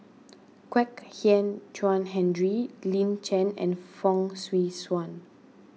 Kwek Hian Chuan Henry Lin Chen and Fong Swee Suan